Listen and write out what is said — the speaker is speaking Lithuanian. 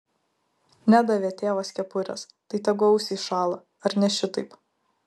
nedavė tėvas kepurės tai tegu ausys šąla ar ne šitaip